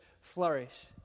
flourish